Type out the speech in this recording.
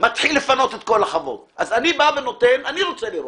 מתחיל לפנות את כל החוות, אני רוצה לראות.